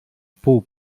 pół